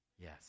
Yes